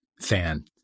fan